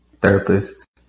therapist